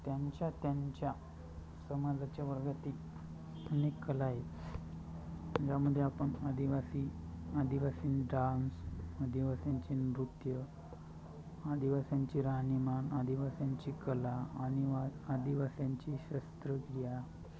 त्यांच्या त्यांच्या समाजाच्या वर्गातही अनेक कला आहे ज्यामध्ये आपण आदिवासी आदिवासी डान्स आदिवास्यांचे नृत्य आदिवास्यांचे राहणीमान आदिवास्यांची कला आनिवास आदिवास्यांची शस्त्रक्रिया